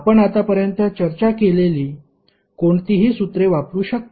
आपण आत्तापर्यंत चर्चा केलेली कोणतीही सूत्रे वापरू शकतो